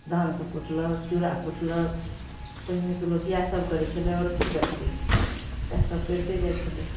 धानके कुटलक चूड़ा कुटलक पहिने तऽ लोक इएहसब करै छलै आओर कि करितै इएहसब करिते जाइ छलै